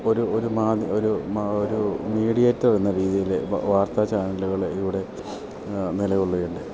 ഒരു ഒരു മാതി ഒരു മാ ഒരു മീഡിയേറ്റർ എന്ന രീതിയിൽ വാർത്താ ചാനലുകൾ ഇവിടെ നിലകൊള്ളുകയുണ്ട്